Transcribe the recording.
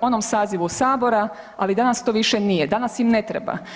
onom sazivu sabora, ali danas to više nije, danas im ne treba.